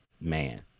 Man